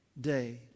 day